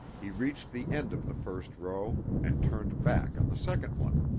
he reached the end of the first row and turned back on the second one.